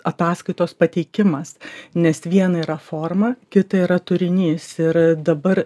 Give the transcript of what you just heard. ataskaitos pateikimas nes viena yra forma kita yra turinys ir dabar